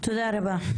תודה רבה.